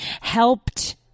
helped